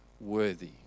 worthy